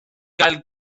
gael